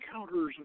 Encounters